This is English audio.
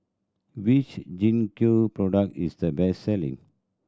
which Gingko product is the best selling